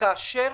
כאשר